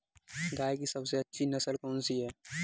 गाय की सबसे अच्छी नस्ल कौनसी है?